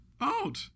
Out